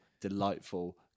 delightful